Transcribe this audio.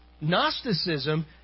Gnosticism